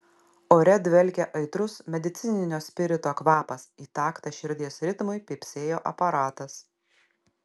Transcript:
ore dvelkė aitrus medicininio spirito kvapas į taktą širdies ritmui pypsėjo aparatas